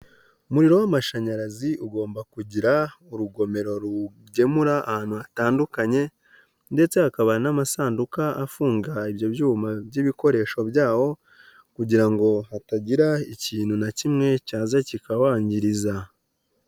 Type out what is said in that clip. Umuriro w'amashanyarazi ugomba kugira urugomero ruwugemura ahantu hatandukanye ndetse hakaba n'amasanduka afunga ibyo byuma by'ibikoresho byawo kugira ngo hatagira ikintu na kimwe cyaza kikawangiriza.